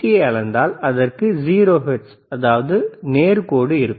யை அளந்தால் அதற்கு 0 ஹெர்ட்ஸ் அதாவது நேர் கோடு இருக்கும்